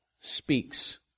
speaks